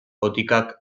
botikak